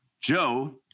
Joe